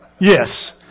Yes